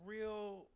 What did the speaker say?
real